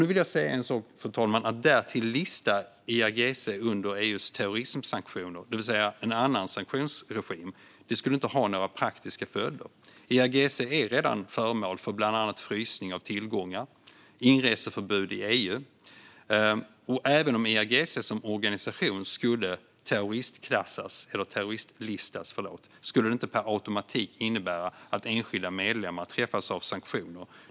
Nu vill jag säga en sak: Att lista IRGC under EU:s terrorismsanktioner, det vill säga en annan sanktionsregim, skulle inte ha några praktiska följder. IRGC är redan föremål för bland annat frysning av tillgångar och inreseförbud i EU. Och även om IRGC som organisation skulle terroristlistas skulle det inte per automatik innebära att enskilda medlemmar träffas av sanktioner.